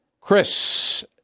Chris